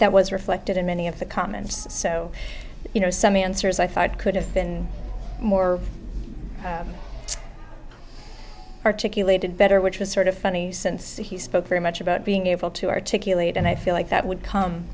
that was reflected in many of the comments so you know some answers i thought could have been more articulated better which was sort of funny since he spoke very much about being able to articulate and i feel like that would come